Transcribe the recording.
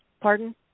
Pardon